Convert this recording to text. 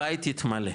הבית יתמלא.